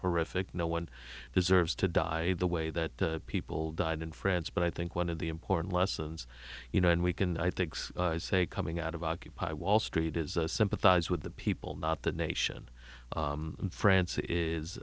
horrific no one deserves to die the way that people died in france but i think one of the important lessons you know and we can i think say coming out of occupy wall street is sympathize with the people not the nation france is